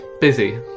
busy